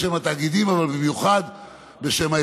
בשם התאגידים,